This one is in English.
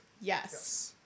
Yes